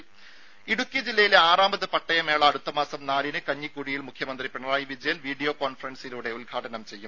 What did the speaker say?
രുര ഇടുക്കി ജില്ലയിലെ ആറാമത് പട്ടയമേള അടുത്ത മാസം നാലിനു കഞ്ഞിക്കുഴിയിൽ മുഖ്യമന്ത്രി പിണറായി വിജയൻ വീഡിയോ കോൺഫറൻസിലൂടെ ഉദ്ഘാടനം ചെയ്യും